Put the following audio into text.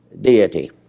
deity